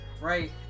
right